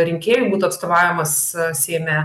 rinkėjų būtų atstovavimas seime